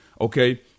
Okay